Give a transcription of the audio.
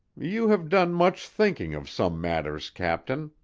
you have done much thinking of some matters, captain,